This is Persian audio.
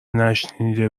نشنیده